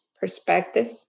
perspective